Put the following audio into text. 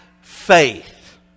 faith